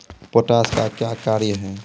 Potash का क्या कार्य हैं?